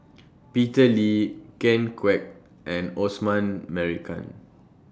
Peter Lee Ken Kwek and Osman Merican